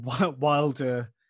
wilder